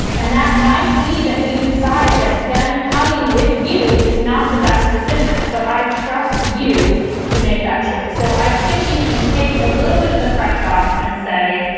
and that might be that you decide that. them coming with you is not the best decision. but i trust you to make that choice. so i think you can take a little bit of the pressure off and say,